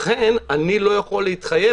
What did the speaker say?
לכן אני לא יכול להתחייב,